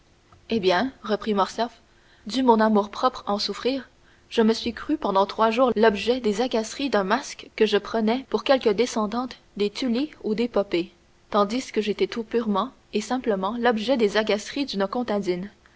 eh bien reprit morcerf dût mon amour-propre en souffrir je me suis cru pendant trois jours l'objet des agaceries d'un masque que je prenais pour quelque descendante des tullie ou des poppée tandis que j'étais tout purement et simplement l'objet des agaceries d'une contadîne